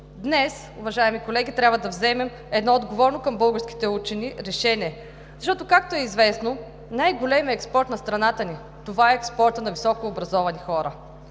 Днес, уважаеми колеги, трябва да вземем едно отговорно към българските учени решение, защото, както е известно, най-големият експорт на страната е експортът на високообразовани хора.